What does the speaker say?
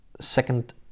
second